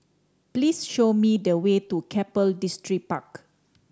please show me the way to Keppel Distripark